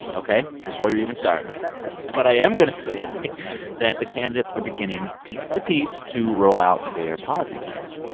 ok? before you even start but i am going to say that the candidates are beginning piece by piece to roll out their policy plans.